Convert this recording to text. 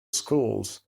schools